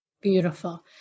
Beautiful